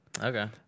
Okay